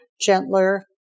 gentler